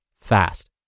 fast